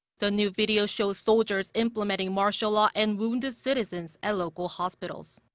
the new video shows soldiers implementing martial law and wounded citizens at local hospitals.